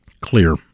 clear